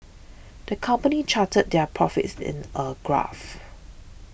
the company charted their profits in a graph